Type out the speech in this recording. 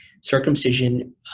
Circumcision